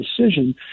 decision